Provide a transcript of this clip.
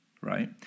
right